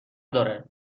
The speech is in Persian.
داره